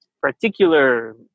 particular